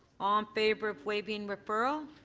um favor of waiving referral.